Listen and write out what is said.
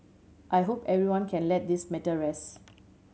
I hope everyone can let this matter rest